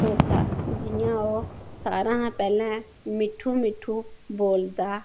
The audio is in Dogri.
तोता जियां ओह् सारा कशा पहले मिट्ठू मिट्ठू बोलदा